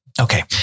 Okay